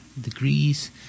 degrees